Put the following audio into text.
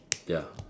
ya